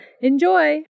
Enjoy